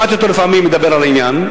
שמעתי אותו לפעמים מדבר על העניין,